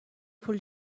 پول